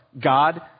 God